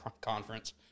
conference